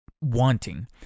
wanting